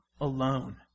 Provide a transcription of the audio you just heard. alone